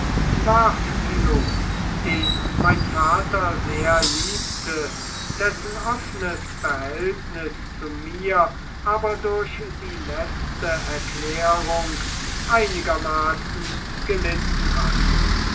den mein vater sehr liebte dessen offnes verhältnis zu mir aber durch die letzte erklärung einigermaßen gelitten hatte